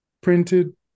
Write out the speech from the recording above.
printed